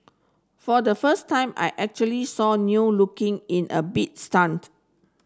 for the first time I actually saw looking in a bit stunned